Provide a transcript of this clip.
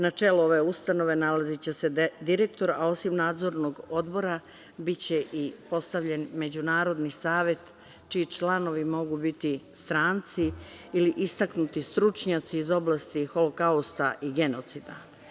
Na čelu ove ustanove nalaziće se direktor, a osim nadzornog odbora biće postavljen i međunarodni savet čiji članovi mogu biti stranci ili istaknuti stručnjaci iz oblasti Holokausta i genocida.